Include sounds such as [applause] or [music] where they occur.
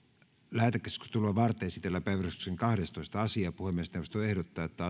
lähetekeskustelua varten esitellään päiväjärjestyksen kahdestoista asia puhemiesneuvosto ehdottaa että [unintelligible]